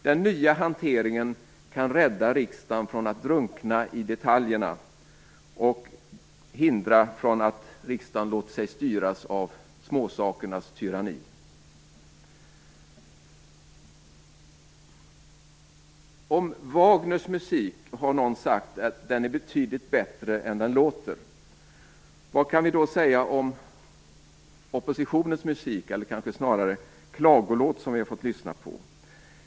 Den nya hanteringen kan rädda riksdagen från att drunkna i detaljerna och hindra riksdagen från att låta sig styras av småsakernas tyranni. Någon har sagt om Wagners musik att den är betydligt bättre än den låter. Vad kan vi då säga om oppositionens musik, eller snarare klagolåt?